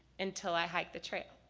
until i hiked the trail.